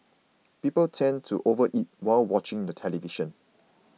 people tend to overeat while watching the television